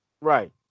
Right